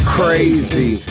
crazy